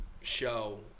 show